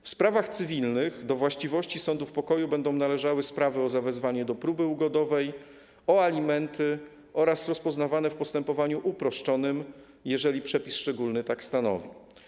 W sprawach cywilnych do właściwości sądów pokoju będą należały sprawy o zawezwanie do próby ugodowej, o alimenty oraz rozpoznawane w postępowaniu uproszczonym, jeżeli przepis szczególny tak stanowi.